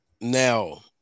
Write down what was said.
Now